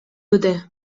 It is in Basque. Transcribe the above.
dute